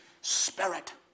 Spirit